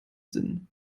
sinn